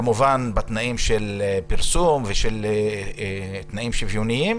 כמובן בתנאים של פרסום ותנאים שוויוניים,